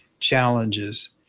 challenges